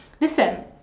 listen